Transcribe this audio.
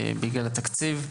בגלל התקציב,